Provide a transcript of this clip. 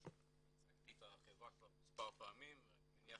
הצגתי את החברה כבר מספר פעמים ואני מניח